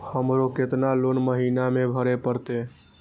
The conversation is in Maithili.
हमरो केतना लोन महीना में भरे परतें?